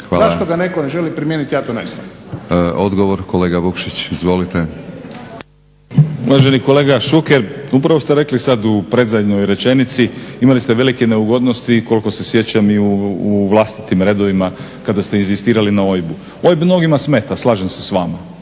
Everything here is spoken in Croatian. Branko (Hrvatski laburisti - Stranka rada)** Uvaženi kolega Šuker, upravo ste rekli sad u predzadnjoj rečenici, imali ste velikih neugodnosti koliko se sjećam i u vlastitim redovima kada ste inzistirali na OIB-u. OIB mnogima smeta, slažem se sa vama,